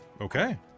okay